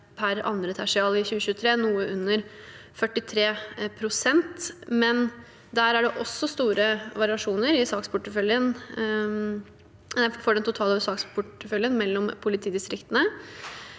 per andre tertial i 2023 noe under 43 pst., men der er det også store variasjoner i den totale saksporteføljen og mellom politidistriktene.